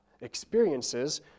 Experiences